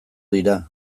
dira